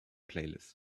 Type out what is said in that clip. playlist